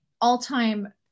all-time